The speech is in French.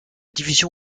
division